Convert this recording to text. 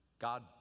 God